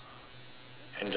and just stay there